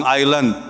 island